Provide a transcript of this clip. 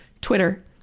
Twitter